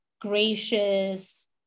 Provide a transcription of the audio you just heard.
gracious